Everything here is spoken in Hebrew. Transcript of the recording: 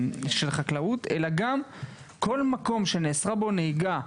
אלא גם כל מקום שנאסרה בו נהיגה,